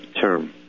term